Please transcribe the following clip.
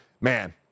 man